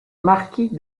marquis